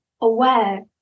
aware